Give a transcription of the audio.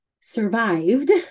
survived